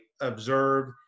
observe